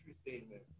statement